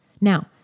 Now